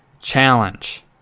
challenge